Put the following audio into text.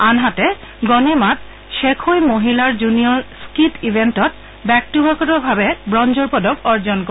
আনহাতে গনেমাত ধেখোঁই মহিলাৰ জুনিয়ৰ স্থীট ইভেণ্টত ব্যক্তিগতভাৱে ৱঞ্জৰ পদক অৰ্জন কৰে